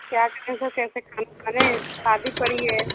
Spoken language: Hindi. क्या करें सर कैसे खाना बने पड़ी है